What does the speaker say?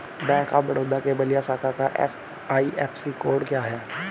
Bank of Baroda के बलिया शाखा का आई.एफ.एस.सी कोड क्या है?